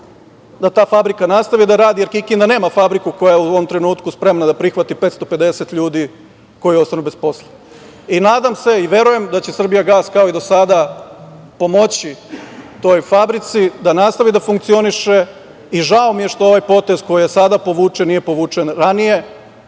da ta fabrika nastavi da radi, jer Kikinda nema fabriku koja je u ovom trenutku spremna da prihvati 550 ljudi koji ostanu bez posla. Nadam se i verujem da će „Srbijagas“, kao i do sada, pomoći toj fabrici da nastavi da funkcioniše i žao mi je što ovaj potez koji je sada povučen nije povučen ranije,